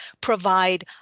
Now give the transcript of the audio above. provide